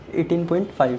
18.5